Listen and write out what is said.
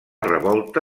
revolta